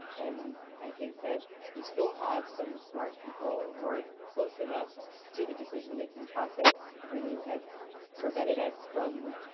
and i think that you still have some smart people who are close enough to the decision-making process who have prevented us from,